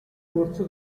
corso